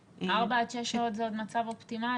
ארבע עד שש שעות זה עוד מצב אופטימלי.